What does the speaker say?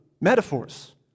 metaphors